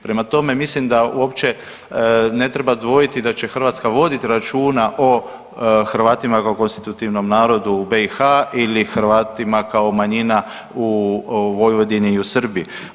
Prema tome, mislim da uopće ne treba dvojiti da će Hrvatska voditi računa o Hrvatima kao konstitutivnom narodu u BiH ili Hrvatima kao manjina u Vojvodini i u Srbiji.